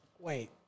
wait